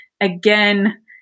again